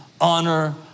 honor